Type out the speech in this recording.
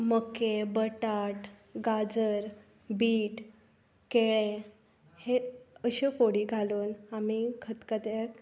मके बटाट गाजर बीट केळे हें अश्यो फोडी घालून आमी खतखत्याक